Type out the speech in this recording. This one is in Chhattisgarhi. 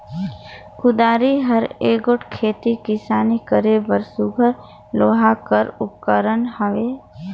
कुदारी हर एगोट खेती किसानी करे बर सुग्घर लोहा कर उपकरन हवे